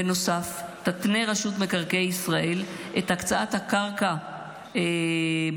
בנוסף תתנה רשות מקרקעי ישראל את הקצאת הקרקע לזוכה